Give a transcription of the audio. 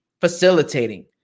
facilitating